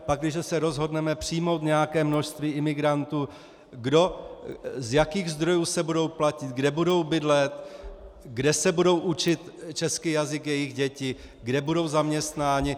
Pakliže se rozhodneme přijmout nějaké množství imigrantů, z jakých zdrojů se budou platit, kde budou bydlet, kde se budou učit český jazyk jejich děti, kde budou zaměstnáni.